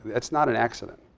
that's not an accident,